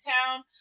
town